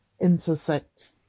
intersect